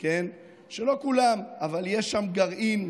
שלא כולם, אבל יש שם גרעין,